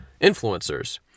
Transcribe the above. influencers